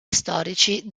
storici